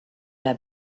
der